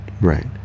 right